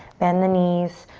bend the knees.